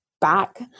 back